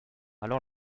alors